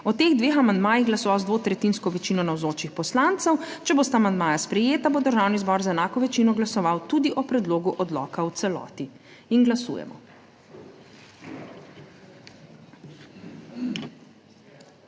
o teh dveh amandmajih glasoval z dvotretjinsko večino navzočih poslancev. Če bosta amandmaja sprejeta, bo Državni zbor z enako večino glasoval tudi o predlogu odloka v celoti. Glasujemo.